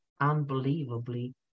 unbelievably